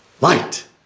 light